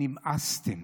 נמאסתם.